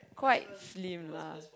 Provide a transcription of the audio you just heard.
quite slim lah